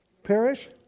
perish